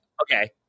okay